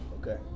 Okay